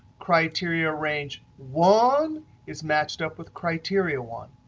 criteria range one is matched up with criteria one.